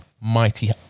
mighty